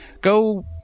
Go